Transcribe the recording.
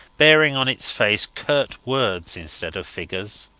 bearing on its face curt words instead of figures.